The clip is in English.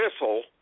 missile